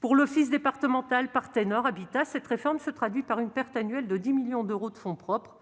Pour l'office départemental, Partenord Habitat, la réforme se traduit par une perte annuelle de 10 millions d'euros de fonds propres